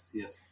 yes